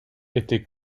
était